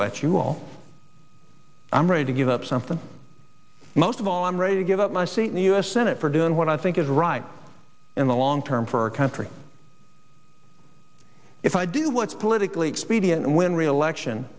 about you all i'm ready to give up something most of all i'm ready to give up my seat in the u s senate for doing what i think is right in the long term for our country if i do what's politically expedient and win reelection